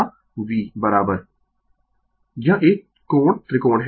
Refer Slide Time 1639 यह एक कोण त्रिकोण है